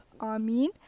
Amin